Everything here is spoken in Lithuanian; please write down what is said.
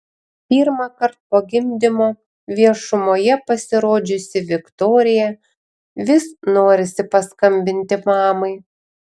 pirmąkart po gimdymo viešumoje pasirodžiusi viktorija vis norisi paskambinti mamai